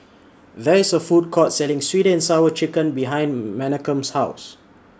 There IS A Food Court Selling Sweet and Sour Chicken behind Menachem's House